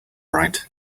right